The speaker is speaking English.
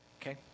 okay